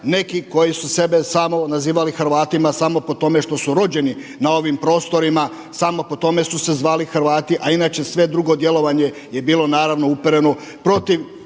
neki koji su sebe samo nazivali Hrvatima samo po tome što su rođeni na ovim prostorima, samo po tome su se zvali Hrvati, a inače sve drugo djelovanje je bilo naravno upereno protiv